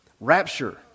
rapture